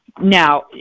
Now